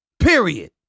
Period